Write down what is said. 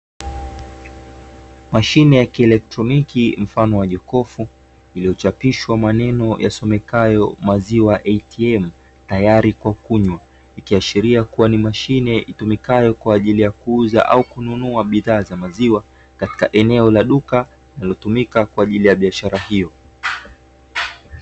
Mashine ya kielektroniki mfano wa jokofu, iliyochapishwa maneno yasomekayo "maziwa ATM ", tayari kwa kunywa ikiashiria kuwa ni mashine itumikayo kwa ajili ya kuuza au kununua bidhaa za maziwa, katika eneo la duka linalotumika kwa ajili ya biashara hiyo.